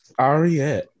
Ariette